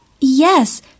Yes